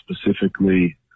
specifically